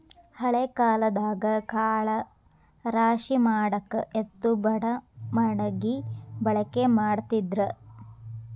ಹಳೆ ಕಾಲದಾಗ ಕಾಳ ರಾಶಿಮಾಡಾಕ ಎತ್ತು ಬಡಮಣಗಿ ಬಳಕೆ ಮಾಡತಿದ್ರ